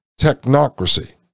technocracy